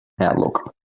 outlook